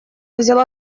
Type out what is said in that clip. взяла